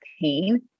pain